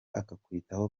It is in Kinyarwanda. akakwitaho